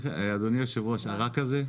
אדוני היושב-ראש, ה"רק" הזה.